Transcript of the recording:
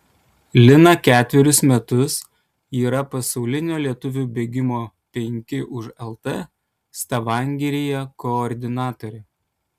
lina ketverius metus yra pasaulinio lietuvių bėgimo penki už lt stavangeryje koordinatorė